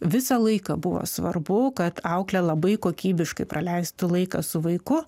visą laiką buvo svarbu kad auklė labai kokybiškai praleistų laiką su vaiku